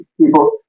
People